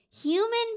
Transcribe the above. human